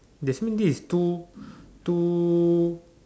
that's mean this is two two